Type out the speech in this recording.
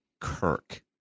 Kirk